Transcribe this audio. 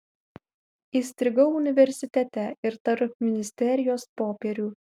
įstrigau universitete ir tarp ministerijos popierių